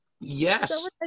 Yes